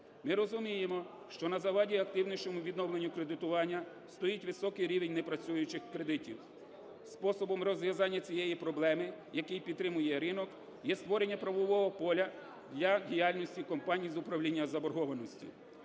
Ми розуміємо, що на заваді активнішому відновленню кредитування стоїть високий рівень непрацюючих кредитів. Способом розв'язання цієї проблеми, якій підтримує ринок, є створення правового поля для діяльності компаній з управління заборгованості.